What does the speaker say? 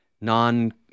non